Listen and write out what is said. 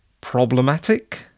problematic